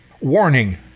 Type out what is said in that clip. Warning